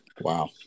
Wow